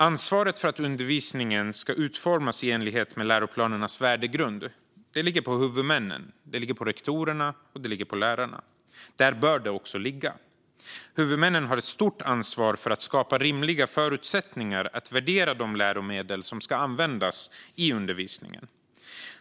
Ansvaret för att undervisningen ska utformas i enlighet med läroplanernas värdegrund ligger på huvudmännen, rektorerna och lärarna. Där bör det också ligga. Huvudmännen har ett stort ansvar för att skapa rimliga förutsättningar att värdera de läromedel som ska användas i undervisningen.